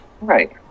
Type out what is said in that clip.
Right